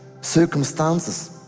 circumstances